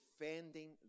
defending